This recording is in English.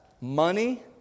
Money